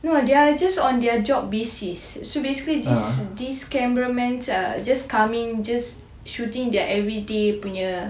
no they are just on their job basis so basically this cameramen just come in just shooting their everyday punya